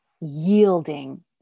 yielding